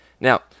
Now